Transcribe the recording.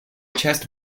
chest